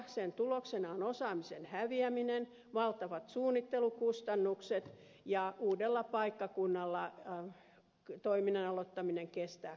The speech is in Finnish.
sen tuloksena on osaamisen häviäminen ja valtavat suunnittelukustannukset ja uudella paikkakunnalla toiminnan aloittaminen kestää kauan